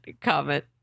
comment